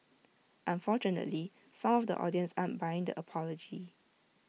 unfortunately some of the audience aren't buying the apology